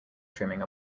trimming